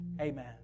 Amen